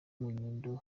nyundo